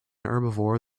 herbivore